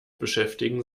beschäftigen